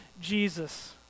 Jesus